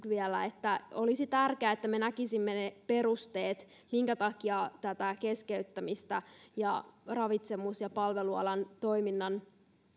vielä olisi tärkeää että me näkisimme ne perusteet minkä takia tätä keskeyttämistä ravitsemus ja palvelualan toiminnassa